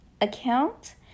account